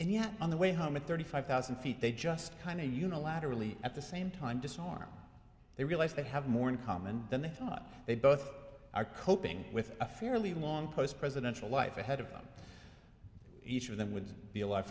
and yet on the way home at thirty five thousand feet they just kind of unilaterally at the same time disarm they realize they have more in common than they thought they both are coping with a fairly long post presidential life ahead of them each of them would be a